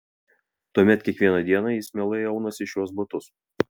tuomet kiekvieną dieną jis mielai aunasi šiuos batus